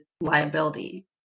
liability